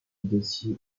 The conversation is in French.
dossier